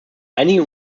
einige